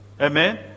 Amen